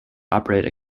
operate